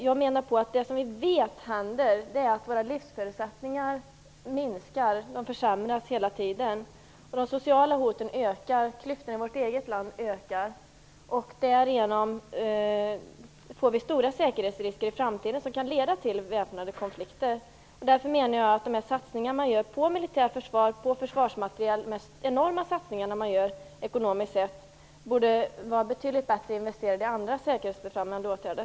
Jag menar att något som vi vet händer är att våra livsförutsättningar hela tiden försämras. De sociala hoten ökar. Klyftorna i vårt eget land ökar. Därigenom får vi stora säkerhetsrisker i framtiden som kan leda till väpnade konflikter. De enorma ekonomiska satsningar man gör på militärt försvar och på försvarsmateriel, menar jag borde vara bättre investerade i andra säkerhetsfrämjande åtgärder.